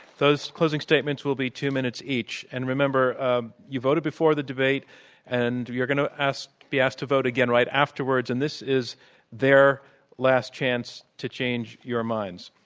those closing statements will be two minutes each, and remember ah you voted before the debate and you're going to be asked to vote again right afterwards, and this is their last chance to change your minds.